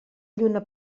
lluna